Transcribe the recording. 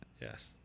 Yes